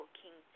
king